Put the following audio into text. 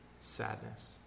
sadness